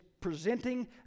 presenting